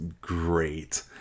great